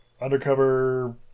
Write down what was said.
undercover